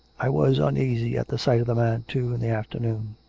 i was uneasy at the sight of the man, too in the after noon.